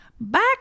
Back